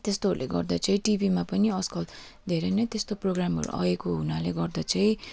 त्यस्तोहरूले गर्दा चाहिँ टिभीमा पनि आजकल धेरै नै त्यस्तो प्रोग्रामहरू आएको हुनाले गर्दा चाहिँ